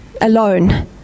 alone